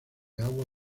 agua